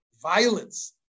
violence